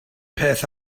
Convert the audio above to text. peth